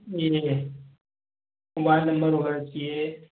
B वी के mobile number वगैरह चाहिए